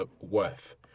worth